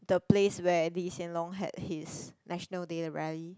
the place where Lee-Hsien-Loong had his National Day rally